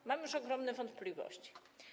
Tu mam już ogromne wątpliwości.